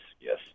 yes